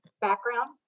background